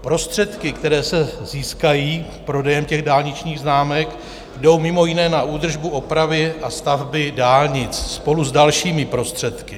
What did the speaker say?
Prostředky, které se získají prodejem dálničních známek, jdou mimo jiné na údržbu, opravy a stavby dálnic spolu s dalšími prostředky.